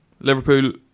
Liverpool